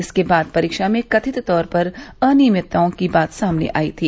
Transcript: इसके बाद परीक्षा में कथित तौर पर अनियमितताओं की बात सामने आई थी